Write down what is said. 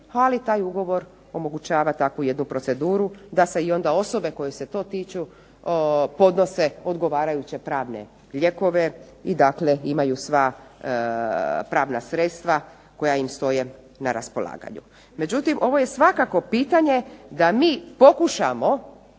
ali taj ugovor omogućava takvu jednu proceduru da se onda osobe koje se to tiče podnose odgovarajuće pravne lijekove i dakle imaju sva pravna sredstva koja im stoje na raspolaganju. Međutim, ovo je svakako pitanje da mi pokušamo